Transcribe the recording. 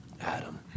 Adam